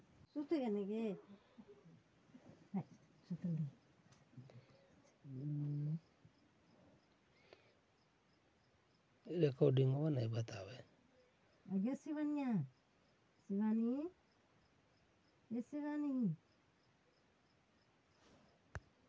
fiat money के प्रयोग ऋण भुगतान के साधन के रूप में कईल जा सकऽ हई